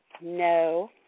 No